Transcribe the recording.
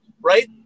right